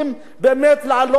כדי להעלות את הנושא,